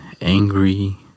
angry